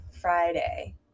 friday